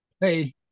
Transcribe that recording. Hey